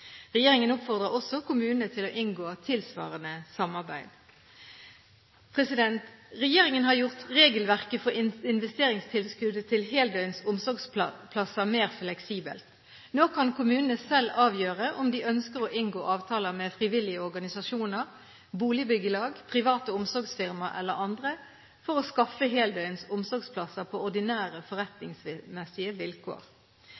Regjeringen oppfordrer også kommunene til å inngå tilsvarende samarbeid. Regjeringen har gjort regelverket for investeringstilskuddet til heldøgns omsorgsplasser mer fleksibelt. Nå kan kommunene selv avgjøre om de ønsker å inngå avtaler med frivillige organisasjoner, boligbyggelag, private omsorgsfirma eller andre for å skaffe heldøgns omsorgsplasser på ordinære